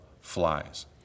flies